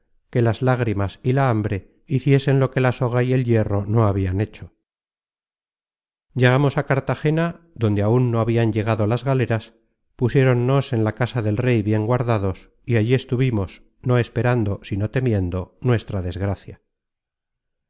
que las lágrimas y la hambre hiciesen lo que la soga y el hierro no habian hecho llegamos á cartagena donde áun no habian llegado las galeras pusiéronnos en la casa del rey bien guardados y allí estuvimos no esperando sino temiendo nuestra desgracia